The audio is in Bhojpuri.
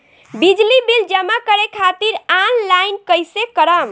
बिजली बिल जमा करे खातिर आनलाइन कइसे करम?